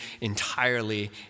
entirely